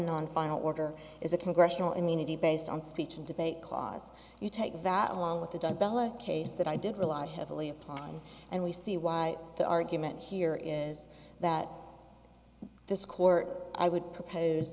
an on final order is a congressional immunity based on speech and debate clause you take that along with a dumbbell a case that i did rely heavily upon and we see why the argument here is that this court i would propose